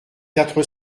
quatre